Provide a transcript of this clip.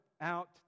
out